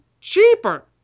cheaper